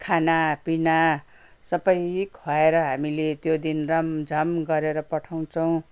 खानापिना सबै खुवाएर हामीले त्यो दिन रमझम गरेर पठाउँछौँ